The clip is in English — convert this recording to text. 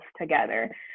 together